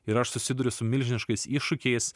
ir aš susiduriu su milžiniškais iššūkiais